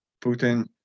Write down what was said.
Putin